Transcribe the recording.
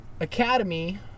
Academy